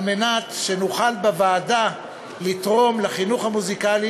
על מנת שנוכל בוועדה לגרום לחינוך מוזיקלי